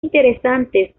interesantes